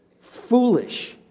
foolish